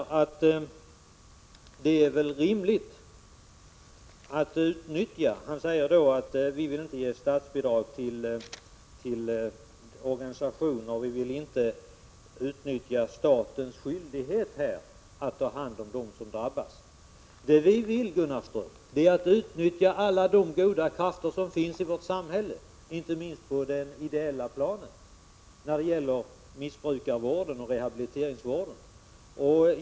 Han säger att vi inte vill ge statsbidrag till organisationer och inte vill utnyttja statens skyldighet när det gäller att ta hand om dem som drabbas. Vad vi vill, Gunnar Ström, är att utnyttja alla de goda krafter som finns i vårt samhälle, inte minst på det ideella planet, när det gäller vård och rehabilitering av missbrukare.